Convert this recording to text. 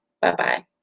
Bye-bye